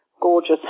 gorgeous